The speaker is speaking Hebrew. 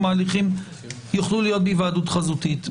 ההליכים יוללו להיות בהיוועדות חזותית.